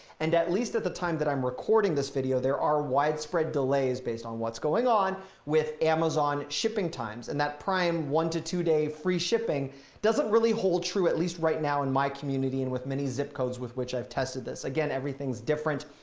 and at least at the time that i'm recording this video, there are widespread delays based on what's going on with amazon shipping times and that prime one to two day free shipping doesn't really hold true at least right now in my community and with many zip codes with which i've tested this again, everything's different,